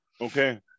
okay